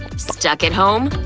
stuck at home?